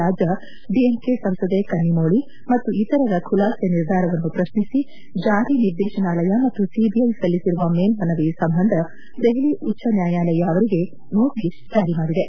ರಾಜ ಡಿಎಂಕೆ ಸಂಸದೆ ಕನ್ನಿಮೋಳಿ ಮತ್ತು ಇತರರ ಖುಲಾಸೆ ನಿರ್ಧಾರವನ್ನು ಪ್ರಶ್ನಿಸಿ ಜಾರಿ ನಿರ್ದೇಶನಾಲಯ ಮತ್ತು ಸಿಬಿಐ ಸಲ್ಲಿಸಿರುವ ಮೇಲ್ಮನವಿ ಸಂಬಂಧ ದೆಹಲಿ ಉಚ್ಛನ್ಯಾಯಾಲಯ ಅವರಿಗೆ ನೋಟಿಸ್ ಜಾರಿ ಮಾಡಿದೆ